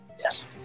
Yes